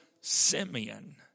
Simeon